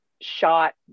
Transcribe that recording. shot